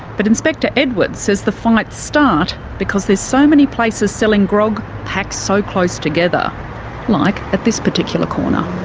but inspector edwards says the fights start because there's so many places selling grog packed so close together like at this particular corner.